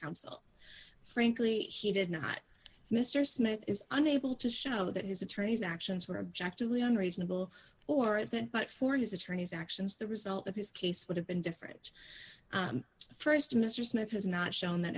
counsel frankly he did not mr smith is unable to show that his attorneys actions were object only unreasonable or that but for his attorney's actions the result of his case would have been different first mr smith has not shown that